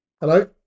Hello